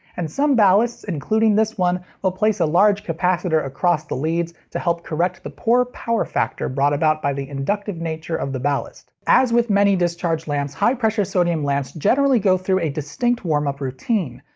and some ballasts including this one will place a large capacitor across the leads to help correct the poor power factor brought about by the inductive nature of the ballast. as with many discharge lamps, high pressure sodium lamps generally go through a distinct warmup routine.